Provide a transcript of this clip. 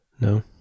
No